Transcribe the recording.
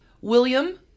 William